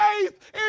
faith